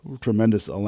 tremendous